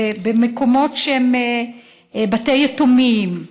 בבתי יתומים,